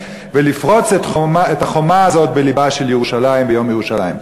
ולפרוץ את החומה הזאת בלבה של ירושלים ביום ירושלים?